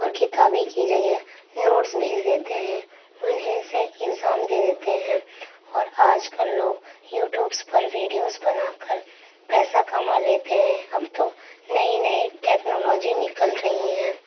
اور کتابیں کی جگہ نوٹس بھیج دیتے ہیں انہیں سے ایگزام دے دیتے ہیں اور آج کل لوگ یوٹیوبس پر ویڈیوز بنا کر پیسہ کما لیتے ہیں اب تو نئی نئی ٹیکنالوجی نکل رہی ہیں